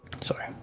sorry